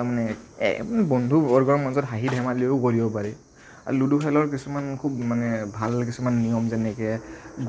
আৰু মানে বন্ধু বৰ্গৰ মাজত হাঁহি ধেমালিও কৰিব পাৰি আৰু লুডু খেলৰ কিছুমান খুব মানে ভাল কিছুমান নিয়ম যেনেকে